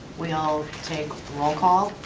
we'll take roll call.